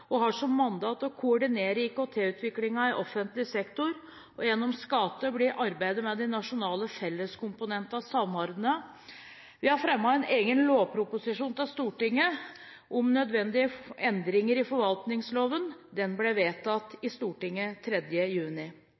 og har som mandat å koordinere IKT-utviklingen i offentlig sektor. Gjennom SKATE blir arbeidet med de nasjonale felleskomponentene samordnet. Vi har fremmet en egen lovproposisjon for Stortinget om nødvendige endringer i forvaltningsloven. Denne ble vedtatt i Stortinget 3. juni.